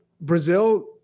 Brazil